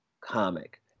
comic